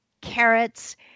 carrots